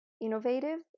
innovative